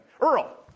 Earl